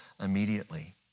immediately